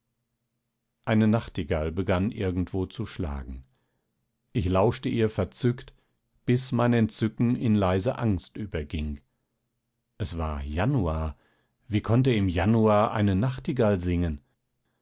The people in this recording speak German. eine nachtigall begann irgendwo zu schlagen ich lauschte ihr verzückt bis mein entzücken in leise angst überging es war januar wie konnte im januar eine nachtigall singen